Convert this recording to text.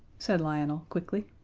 said lionel, quickly.